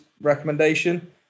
recommendation